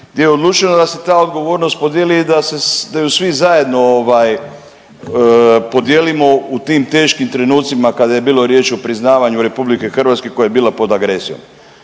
gdje je odlučeno da se ta odgovornost podijeli i da ju svi zajedno podijelimo u tim teškim trenucima kada je bilo riječ o priznavanju Republike Hrvatske koja je bila pod agresijom.